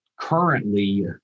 currently